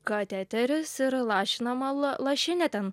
kateteris ir lašinama la lašinė ten